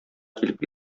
килеп